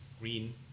green